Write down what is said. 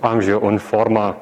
amžiuje uniforma